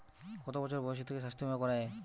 কত বছর বয়স থেকে স্বাস্থ্যবীমা করা য়ায়?